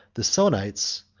the sonnites,